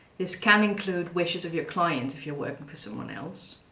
this can include wishes of your clients, if you're working for someone else.